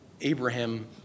Abraham